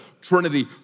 Trinity